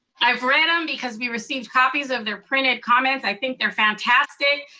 i've read em, because we received copies of their printed comments. i think they're fantastic.